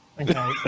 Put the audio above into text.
Okay